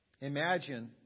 Imagine